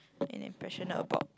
an impression about